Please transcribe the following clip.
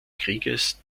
krieges